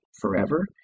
forever